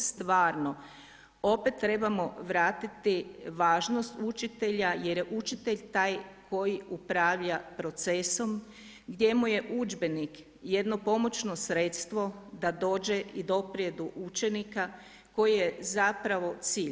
Ali s ovim stvarno opet trebamo vratiti važnost učitelja jer je učitelj taj koji upravlja procesom gdje mu je udžbenik jedno pomoćno sredstvo da dođe i doprije do učenika koji je zapravo cilj.